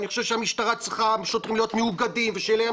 אני חושב שהשוטרים צריכים להיות מאוגדים ושתהיה להם